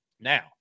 Now